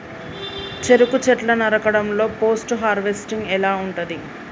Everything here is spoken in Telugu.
చెరుకు చెట్లు నరకడం లో పోస్ట్ హార్వెస్టింగ్ ఎలా ఉంటది?